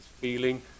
feeling